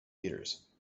leaders